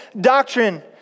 doctrine